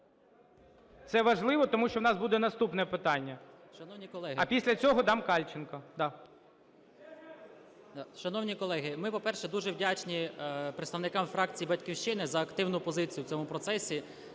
Це важливо, тому що в нас буде наступне питання. А після цього дам Кальченку.